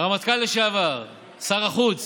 הרמטכ"ל לשעבר, שר החוץ